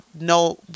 no